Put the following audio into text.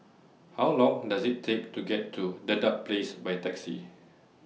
How Long Does IT Take to get to Dedap Place By Taxi